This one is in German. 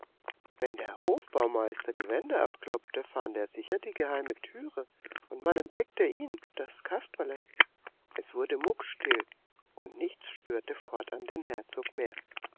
wenn der hofbaumeister die wände abklopfte fand er sicher die geheime türe und man entdeckte ihn das kasperle er wurde muckstill und nichts störte fortan den herzog mehr